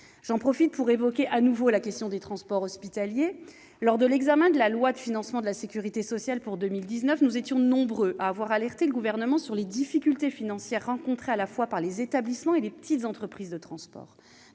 occasion pour évoquer de nouveau la question des transports hospitaliers. Lors de l'examen du projet de loi de financement de la sécurité sociale pour 2019, nous sommes nombreux à avoir alerté le Gouvernement sur les difficultés financières rencontrées à la fois par les établissements et par les petites entreprises de transport.